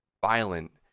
violent